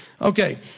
Okay